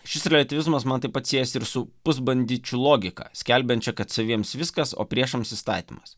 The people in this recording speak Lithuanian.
šis reliatyvizmas man taip pat siejasi ir su pusbandičių logika skelbiančia kad saviems viskas o priešams įstatymas